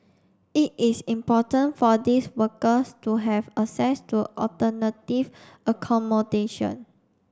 it is important for these workers to have access to alternative accommodation